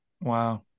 Wow